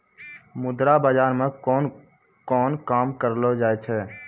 मुद्रा बाजार मे कोन कोन काम करलो जाय छै